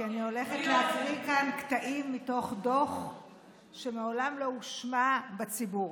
כי אני הולכת להקריא כאן קטעים מתוך דוח שמעולם לא הושמע בציבור.